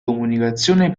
comunicazione